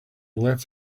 left